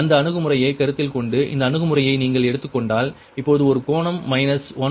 இந்த அணுகுமுறையை கருத்தில் கொண்டு இந்த அணுகுமுறையை நீங்கள் எடுத்துக் கொண்டால் இப்போது ஒரு கோணம் மைனஸ் 1